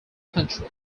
country